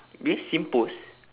with singpost